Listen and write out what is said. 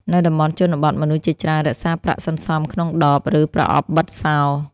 នៅតំបន់ជនបទ មនុស្សជាច្រើនរក្សាប្រាក់សន្សំក្នុងដប ឬប្រអប់បិទសោ។